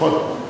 נכון.